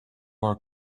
are